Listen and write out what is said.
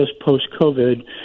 post-COVID